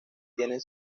tienen